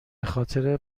خاطر